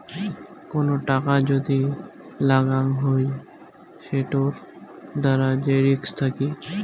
কোন টাকা যদি লাগাং হই সেটোর দ্বারা যে রিস্ক থাকি